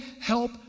help